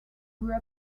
grew